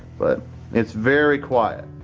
but it's very quiet.